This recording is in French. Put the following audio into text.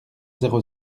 zéro